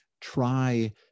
try